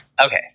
Okay